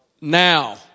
now